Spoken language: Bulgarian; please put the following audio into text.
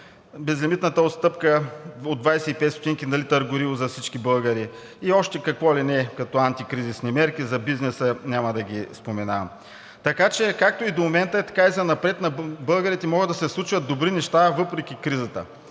безлимитната отстъпка от 25 стотинки на литър гориво за всички българи. И още какво ли не като антикризисни мерки. За бизнеса няма да ги споменавам. Така че както и до момента, така и занапред на българите могат да се случват добри неща въпреки кризата.